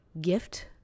gift